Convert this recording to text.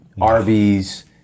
Arby's